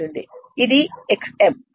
ఉంటుంది ఇది x m